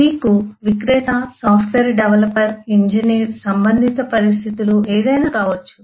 మీకు విక్రేత software developer engineer సంబంధింత పరిస్థితులు ఏదైనా కావచ్చు